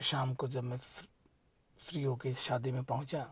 शाम को जब मैं फ्री होकर शादी में पहुँचा